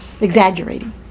exaggerating